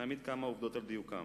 נעמיד כמה עובדות על דיוקן.